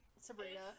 Sabrina